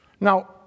Now